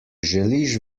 želiš